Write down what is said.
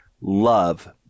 love